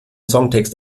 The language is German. songtext